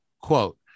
quote